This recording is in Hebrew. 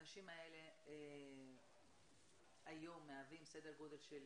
האנשים האלה היום מהווים סדר גודל של,